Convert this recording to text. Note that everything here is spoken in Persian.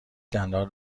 دندان